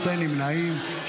שני נמנעים,